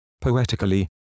poetically